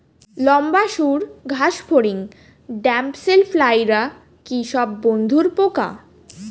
লম্বা সুড় ঘাসফড়িং ড্যামসেল ফ্লাইরা কি সব বন্ধুর পোকা?